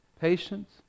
patience